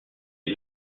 des